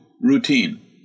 routine